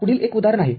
पुढील एक उदाहरण आहे